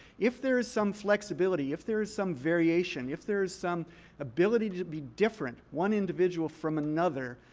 if there is some flexibility, if there is some variation, if there is some ability to be different, one individual from another,